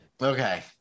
okay